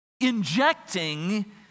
injecting